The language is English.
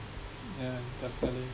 yeah totally